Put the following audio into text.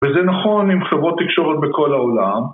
וזה נכון עם חברות תקשורת בכל העולם